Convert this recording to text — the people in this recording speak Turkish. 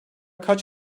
kaç